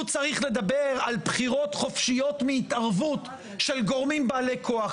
הוא צריך לדבר על בחירות חופשיות מהתערבות של גורמים בעלי כוח,